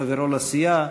חברו לסיעה,